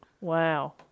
Wow